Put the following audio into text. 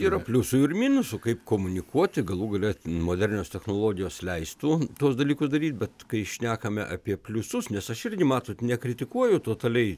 yra pliusų ir minusų kaip komunikuoti galų gale modernios technologijos leistų tuos dalykus daryt bet kai šnekame apie pliusus nes aš irgi matot nekritikuoju totaliai